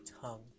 tongue